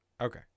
okay